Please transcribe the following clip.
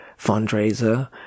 fundraiser